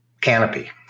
canopy